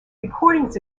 recordings